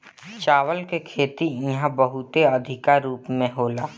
चावल के खेती इहा बहुते अधिका रूप में होला